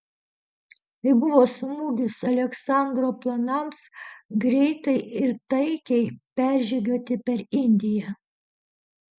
tai buvo smūgis aleksandro planams greitai ir taikiai peržygiuoti per indiją